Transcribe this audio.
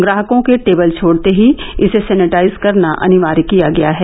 ग्राहकों के टेबल छोड़ते ही इसे सेनिटाइज करना अनिवार्य किया गया है